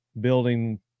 building